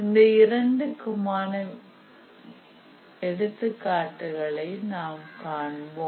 இந்த இரண்டுக்குமான எடுத்துக்காட்டுகளை நாம் காண்போம்